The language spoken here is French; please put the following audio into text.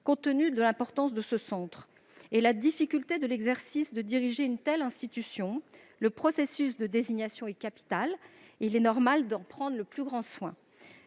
Compte tenu de l'importance de ce centre et de la difficulté de diriger une telle institution, le processus de désignation est capital : il est normal d'en prendre le plus grand soin,